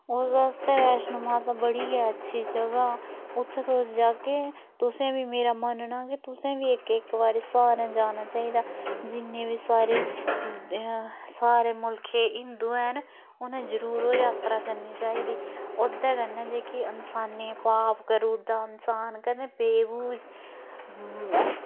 ओह्दे आस्तै बैश्नो माता बड़ी गै अच्छी जगह् उत्थें तुस जाह्गे तुसें बी मेरा मन्नना कि तुसें बी इक इक बारी सारें जाना चाहिदा जिन्ने बी सारे सारे मुल्खै दे हिंदू हैन उ'नें जरूर ओह् जात्तरा करनी चाहिदी ओह्दे कन्नै जेह्की इंसाने दे पाप करु उड़दा इंसान कन्नै बेबूज